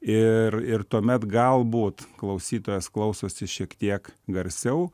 ir ir tuomet galbūt klausytojas klausosi šiek tiek garsiau